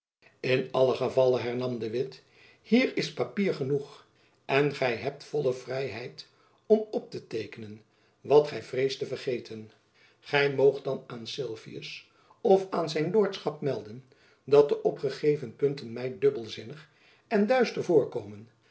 in allen gevalle hernam de witt hier is papier genoeg en gy hebt volle vrijheid om op te teekenen wat gy vreest te vergeten gy moogt dan aan sylvius of aan zijn lordschap melden dat de opgegeven punten my dubbelzinnig en duister voorkomen